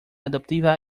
adoptiva